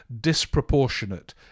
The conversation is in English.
disproportionate